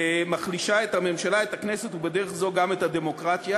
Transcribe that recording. מחלישה את הממשלה ואת הכנסת ובדרך זו גם את הדמוקרטיה,